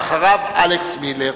ואחריו, אלכס מילר.